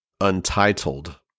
Untitled